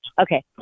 okay